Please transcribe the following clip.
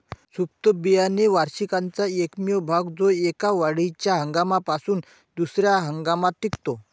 सुप्त बियाणे वार्षिकाचा एकमेव भाग जो एका वाढीच्या हंगामापासून दुसर्या हंगामात टिकतो